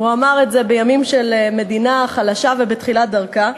והוא אמר את זה בימים של מדינה חלשה ובתחילת דרכה,